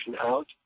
out